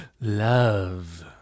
Love